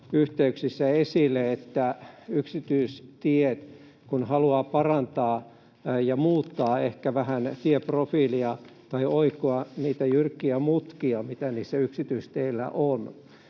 yhteyksissä esille yksityisteiden osalta, että kun haluaa parantaa ja muuttaa ehkä vähän tieprofiilia tai oikoa niitä jyrkkiä mutkia, mitä niillä yksityisteillä on,